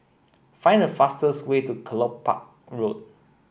find the fastest way to Kelopak Road